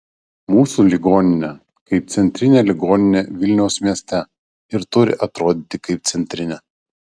mūsų ligoninė kaip centrinė ligoninė vilniaus mieste ir turi atrodyti kaip centrinė